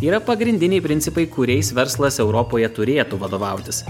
yra pagrindiniai principai kuriais verslas europoje turėtų vadovautis